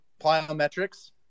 Plyometrics